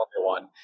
one